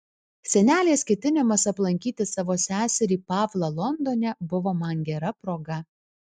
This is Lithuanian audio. senelės ketinimas aplankyti savo seserį pavlą londone buvo man gera proga